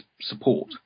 support